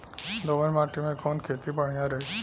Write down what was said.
दोमट माटी में कवन खेती बढ़िया रही?